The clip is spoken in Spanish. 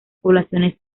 poblaciones